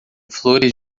flores